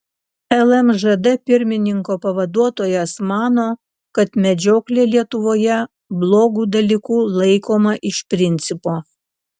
lmžd pirmininko pavaduotojas mano kad medžioklė lietuvoje blogu dalyku laikoma iš principo